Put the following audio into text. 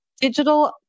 digital